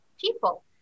people